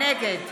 נגד